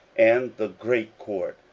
and the great court,